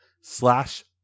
slash